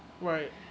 Right